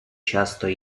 часто